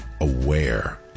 aware